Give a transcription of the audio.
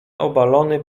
obalony